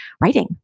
writing